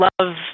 love